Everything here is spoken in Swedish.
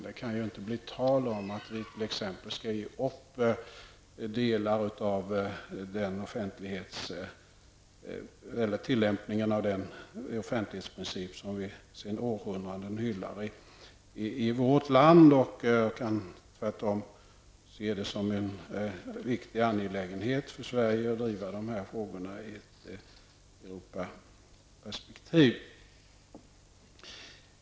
Det kan ju inte bli tal om att vi t.ex. skall upphöra med att tillämpa den offentlighetsprincip som vi sedan århundraden tillbaka hyllar. Det kan tvärtom vara viktigt för Sverige att driva frågor av detta slag i ett Europaperspektiv.